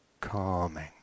calming